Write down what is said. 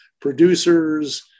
producers